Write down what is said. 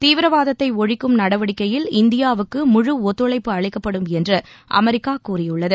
தீவிரவாதத்தை ஒழிக்கும் நடவடிக்கையில் இந்தியாவுக்கு முழு ஒத்துழைப்பு அளிக்கப்படும் என்று அமெரிக்கா கூறியுள்ளது